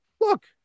Look